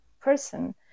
person